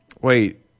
Wait